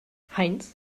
heinz